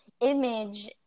image